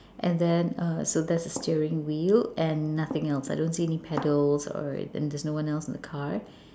and then uh so that is the steering wheel and nothing else I don't see any pedals or and there is no one else in the car